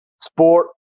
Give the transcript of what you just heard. sport